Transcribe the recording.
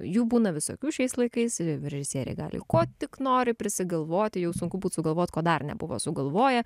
jų būna visokių šiais laikais režisieriai gali ko tik nori prisigalvoti jau sunku būt sugalvot ko dar nebuvo sugalvoję